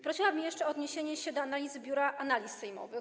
Prosiłabym jeszcze o odniesienie się do analizy Biura Analiz Sejmowych.